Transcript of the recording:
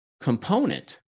component